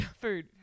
food